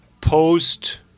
post